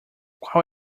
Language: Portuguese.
qual